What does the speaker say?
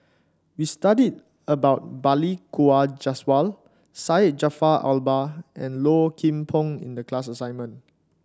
we studied about Balli Kaur Jaswal Syed Jaafar Albar and Low Kim Pong in the class assignment